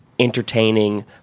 entertaining